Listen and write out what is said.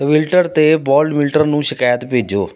Twitter 'ਤੇ ਵਾਲਟਮਿਲਟਰ ਨੂੰ ਸ਼ਿਕਾਇਤ ਭੇਜੋ